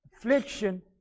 Affliction